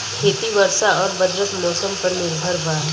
खेती वर्षा और बदलत मौसम पर निर्भर बा